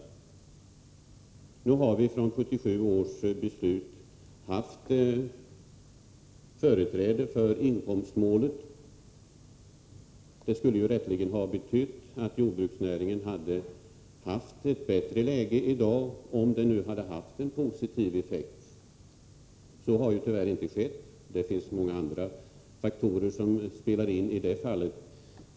Sedan 1977 års beslut har vi haft företräde för inkomstmålet. Om det beslutet hade haft en positiv effekt, skulle det rätteligen ha betytt att jordbruksnäringen hade haft ett bättre läge än vad som är fallet, och det finns många andra faktorer som spelar in därvidlag.